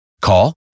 Call